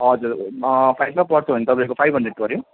हजुर फाइभमा पढ्छ भने तपाईँको फाइभ हन्ड्रेड पऱ्यो